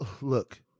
look